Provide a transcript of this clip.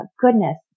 goodness